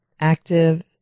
active